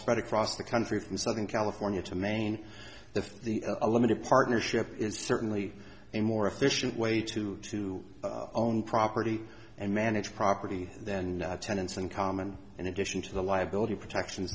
spread across the country from southern california to maine if the a limited partnership is certainly a more efficient way to to own property and manage property then tenants in common in addition to the liability protections